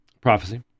Prophecy